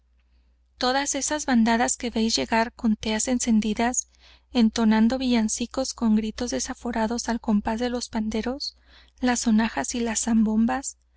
todas esas bandadas que véis llegar con teas encendidas entonando villancicos con gritos desaforados al compás de los panderos las sonajas y las zambombas